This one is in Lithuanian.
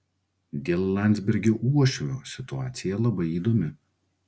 dėl landsbergio uošvio situacija labai įdomi